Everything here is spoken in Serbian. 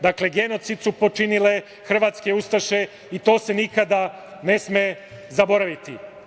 Dakle, genocid su počinile hrvatske Ustaše i to se nikada ne sme zaboraviti.